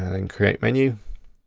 and create menu.